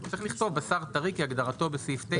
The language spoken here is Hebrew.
צריך לכתוב: בשר טרי כהגדרתו בסעיף 9